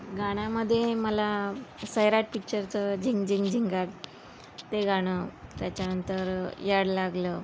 गाण्यामध्ये मला सैराट पिक्चरचं झिंग झिंग झिंगाट ते गाणं त्याच्यानंतर याड लागलं